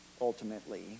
ultimately